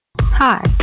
Hi